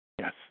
Yes